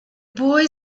boy